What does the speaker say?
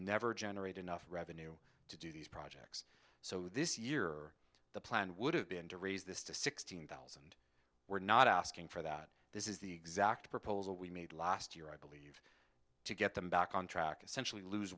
never generate enough revenue so this year the plan would have been to raise this to sixteen thousand we're not asking for that this is the exact proposal we made last year i believe to get them back on track essentially lose